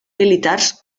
militars